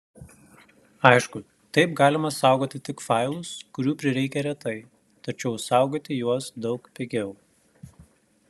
aišku taip galima saugoti tik failus kurių prireikia retai tačiau saugoti juos daug pigiau